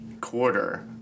quarter